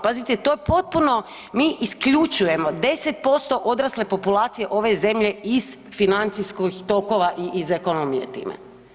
Pazite, to je potpuno mi isključujemo 10% odrasle populacije ove zemlje iz financijskih tokova i iz ekonomije time.